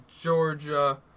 Georgia